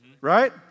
right